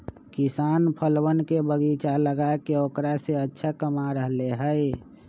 किसान फलवन के बगीचा लगाके औकरा से अच्छा कमा रहले है